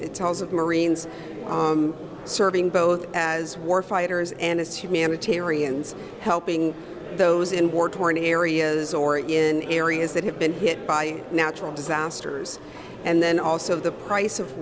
it tells of marines serving both as war fighters and it's humanitarians helping those in war torn areas or in areas that have been hit by natural disasters and then also the price of